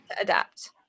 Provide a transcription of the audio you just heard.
Adapt